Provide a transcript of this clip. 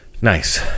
Nice